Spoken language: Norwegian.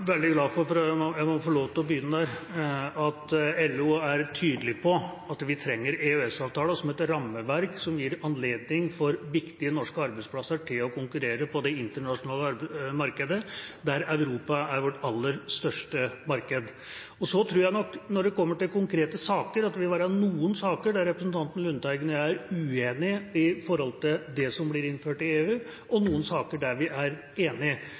veldig glad for – jeg må få lov til å begynne der – at LO er tydelig på at vi trenger EØS-avtalen som et rammeverk som gir anledning for viktige norske arbeidsplasser til å konkurrere på det internasjonale markedet, der Europa er vårt aller største marked. Så tror jeg nok, når det kommer til konkrete saker, at det vil være noen saker der representanten Lundteigen og jeg er uenige om det som blir innført i EU, og noen saker der vi er